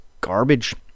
garbage